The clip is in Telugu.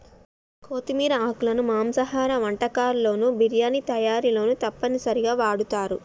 కొత్తిమీర ఆకులను మాంసాహార వంటకాల్లోను బిర్యానీ తయారీలోనూ తప్పనిసరిగా వాడుతారు